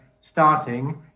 starting